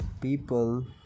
people